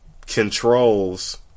controls